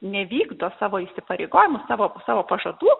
nevykdo savo įsipareigojimų savo savo pažadų